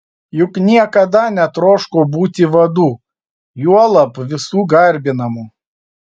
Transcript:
juk niekada netroško būti vadu juolab visų garbinamu